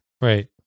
Right